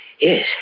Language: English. Yes